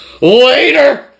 Later